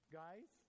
guys